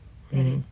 mmhmm